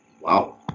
Wow